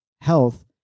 health